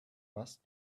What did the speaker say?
must